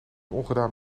ongedaan